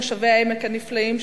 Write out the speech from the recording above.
תושבי העמק הנפלאים,